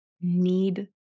need